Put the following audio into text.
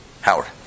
Howard